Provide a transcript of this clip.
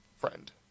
friend